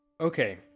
Okay